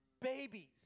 Babies